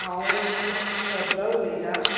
हांव श्रध्दा उलयतां